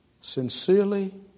sincerely